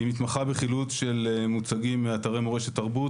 היא מתמחה בחילוץ אנשים ומוצגים מאתרי מורשת תרבות